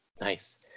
Nice